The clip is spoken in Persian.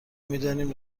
میدانیم